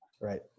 right